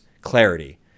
clarity –